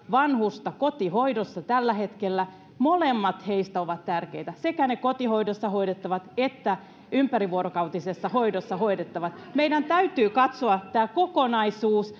vanhusta kotihoidossa tällä hetkellä molemmat ovat tärkeitä sekä ne kotihoidossa hoidettavat että ympärivuorokautisessa hoidossa hoidettavat meidän täytyy katsoa tämä kokonaisuus